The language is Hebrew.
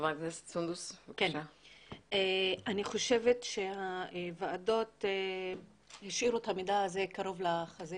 אני חושבת שהוועדות השאירו את המידע הזה קרוב לחזה